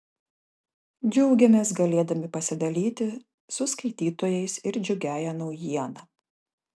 džiaugiamės galėdami pasidalyti su skaitytojais ir džiugiąja naujiena